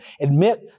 Admit